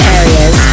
areas